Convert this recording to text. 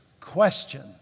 question